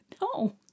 No